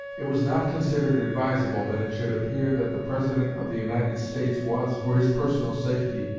it was not considered advisable that it should appear that the president of the united states was, for his personal safety,